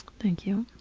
thank you.